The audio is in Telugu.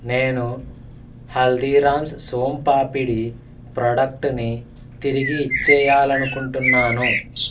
నేను హల్దీరామ్స్ సోమ్ పాపిడి ప్రాడక్టుని తిరిగి ఇచ్చేయాలనుకుంటున్నాను